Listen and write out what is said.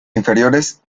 inferiores